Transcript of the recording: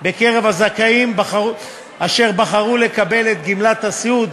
בקרב הזכאים אשר בחרו לקבל את גמלת הסיעוד,